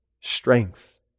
strength